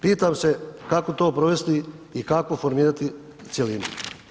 Pitam se kako to provesti i kako formirati cjelinu?